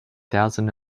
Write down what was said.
thousand